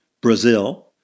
Brazil